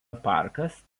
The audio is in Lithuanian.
parkas